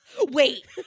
Wait